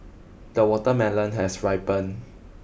the watermelon has ripened